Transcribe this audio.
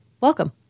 Welcome